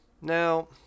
now